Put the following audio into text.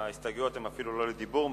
ההסתייגויות הן אפילו לא לדיבור,